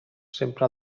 sempre